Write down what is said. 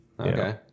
Okay